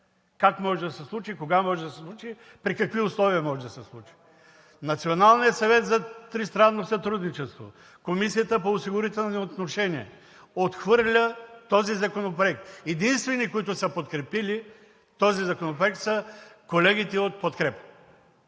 как може да се случи, кога може да се случи, при какви условия може да се случи. Националният съвет за тристранно сътрудничество, Комисията по осигурителни отношения отхвърля този законопроект. Единствените, които са подкрепили Законопроекта, са колегите от „Подкрепа“.